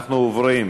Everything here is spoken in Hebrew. אנחנו עוברים